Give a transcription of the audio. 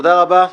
תודה רבה.